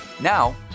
Now